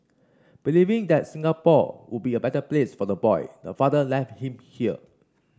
believing that Singapore would be a better place for the boy the father left him here